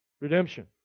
redemption